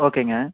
ஓகேங்க